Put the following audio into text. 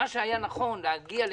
מה שהבנתי ממנה,